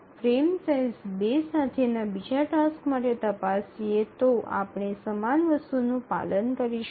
frame size ૨ સાથેના બીજા task માટે તપાસીએ તો આપણે સમાન વસ્તુનું પાલન કરીશું